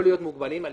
לא כבנק.